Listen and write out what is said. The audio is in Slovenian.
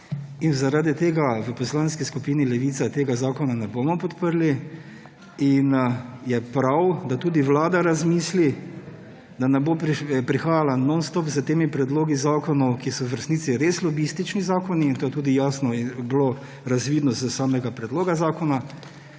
Zaradi tega v Poslanski skupini Levica tega zakona ne bomo podprli in je prav, da tudi vlada razmisli, da ne bo prihajala nonstop s temi predlogi zakonov, ki so v resnici res lobistični zakoni. To je bilo tudi jasno razvidno iz samega predloga zakona.